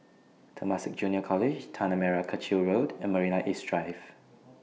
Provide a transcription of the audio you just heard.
Temasek Junior College Tanah Merah Kechil Road and Marina East Drive